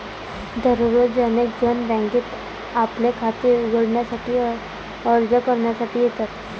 दररोज अनेक जण बँकेत आपले खाते उघडण्यासाठी अर्ज करण्यासाठी येतात